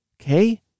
Okay